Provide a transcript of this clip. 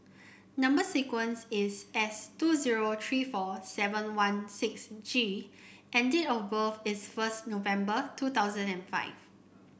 number sequence is S two zero three four seven one six G and date of birth is first November two thousand and five